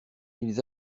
ils